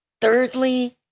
Thirdly